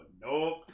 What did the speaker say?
nope